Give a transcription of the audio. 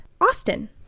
Austin